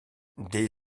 des